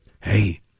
Hey